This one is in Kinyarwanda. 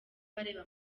bareba